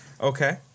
Okay